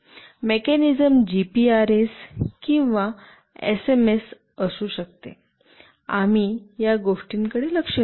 mechanism GPRS किंवा SMS असू शकते आम्ही या गोष्टींकडे लक्ष देऊ